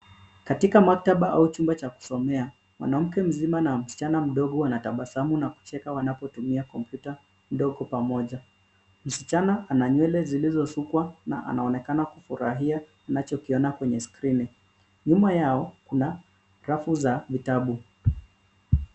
Katika maktaba au chumba cha kusomea mwanamke mzima na msichana mdogo wanatabasamu na kucheka wanapotumia kompyuta ndogo pamoja. Msichana ana nywele zilizoshukwa na anaonekana kufurahia anachokiona kwenye skrini. Nyuma yao kuna rafu za vitabu.